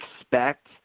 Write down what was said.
expect